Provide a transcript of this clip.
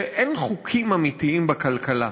שאין חוקים אמיתיים בכלכלה.